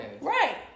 Right